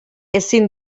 ezin